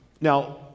Now